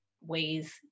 ways